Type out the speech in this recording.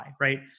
right